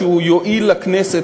שהוא יועיל לכנסת,